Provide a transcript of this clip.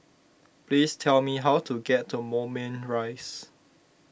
please tell me how to get to Moulmein Rise